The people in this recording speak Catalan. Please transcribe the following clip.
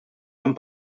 amb